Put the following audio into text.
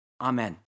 Amen